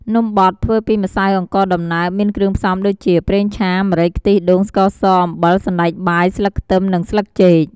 នំបត់ធ្វើពីម្សៅអង្ករដំណើបមានគ្រឿងផ្សំុដូចជាប្រេងឆា ម្រេច ខ្ទិះដូង ស្ករស អំបិល សណ្តែកបាយ ស្លឹកខ្ទឹម និងស្លឹកចេក។